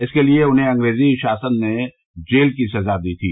इसके लिए उन्हें अंग्रेजी शासन ने जेल की सजा दी थी